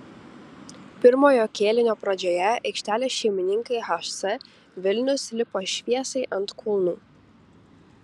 pirmojo kėlinio pradžioje aikštelės šeimininkai hc vilnius lipo šviesai ant kulnų